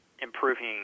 improving